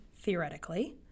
theoretically